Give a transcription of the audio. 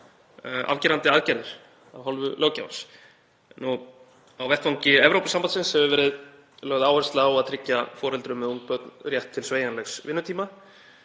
afgerandi aðgerðir af hálfu löggjafans. Á vettvangi Evrópusambandsins hefur verið lögð áhersla á að tryggja foreldrum með ung börn rétt til sveigjanlegs vinnutíma.